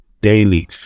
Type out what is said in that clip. daily